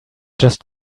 just